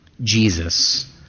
Jesus